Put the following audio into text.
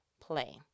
play